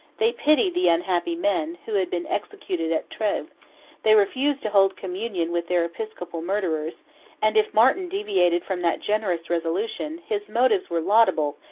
they pitied the unhappy men, who had been executed at treves they refused to hold communion with their episcopal murderers and if martin deviated from that generous resolution, his motives were laudable,